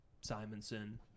Simonson